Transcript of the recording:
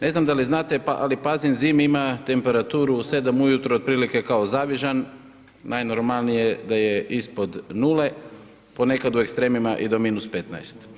Ne znam da li znate ali Pazin zimi ima temperaturu u 7 ujutro otprilike kao Zavižan, najnormalnije je ispod nule, ponekad u ekstremima i do -15.